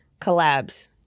Collabs